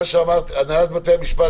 הנהלת בתי המשפט